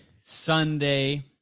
Sunday